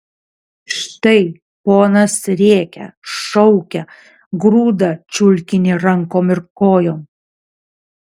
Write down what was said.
štai ponas rėkia šaukia grūda čiulkinį rankom ir kojom